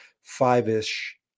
five-ish